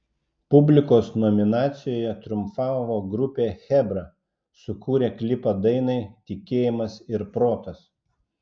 publikos nominacijoje triumfavo grupė chebra sukūrę klipą dainai tikėjimas ir protas